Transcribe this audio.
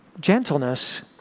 Gentleness